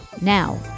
Now